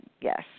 Yes